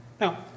Now